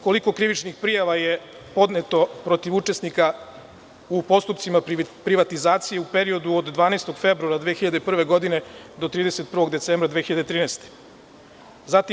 Koliko krivičnih prijava je podneto protiv učesnika u postupcima privatizacije u periodu od 12. februara 2001. godine do 31. decembra 2013. godine?